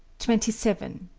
twenty seven.